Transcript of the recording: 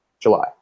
July